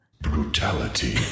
Brutality